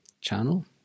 channel